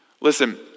listen